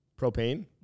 propane